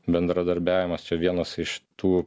bendradarbiavimas čia vienas iš tų